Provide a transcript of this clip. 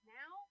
now